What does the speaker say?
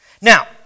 Now